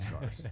cars